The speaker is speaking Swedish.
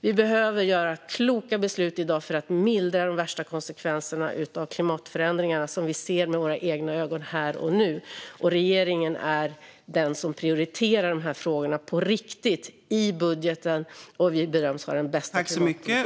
Vi behöver ta kloka beslut i dag för att mildra de värsta konsekvenserna av klimatförändringarna, som vi ser med våra egna ögon här och nu. Regeringen är den som prioriterar de frågorna på riktigt, i budgeten, och vi bedöms ha den bästa klimatpolitiken.